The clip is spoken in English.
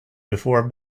before